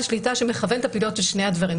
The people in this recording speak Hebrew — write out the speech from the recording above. שליטה שמכוון את הפעילות של שני הדברים,